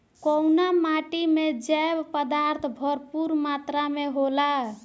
कउना माटी मे जैव पदार्थ भरपूर मात्रा में होला?